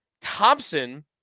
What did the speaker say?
Thompson